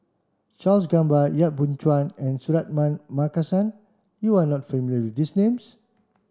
Charles Gamba Yap Boon Chuan and Suratman Markasan you are not familiar with these names